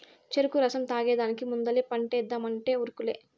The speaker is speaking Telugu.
చెరుకు రసం తాగేదానికి ముందలే పంటేద్దామంటే ఉరుకులే